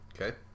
Okay